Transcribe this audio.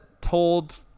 told